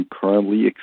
currently